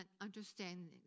understanding